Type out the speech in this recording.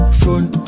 front